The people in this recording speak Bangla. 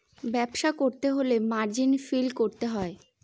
ব্যবসা করতে হলে মার্জিন ফিল করতে হয়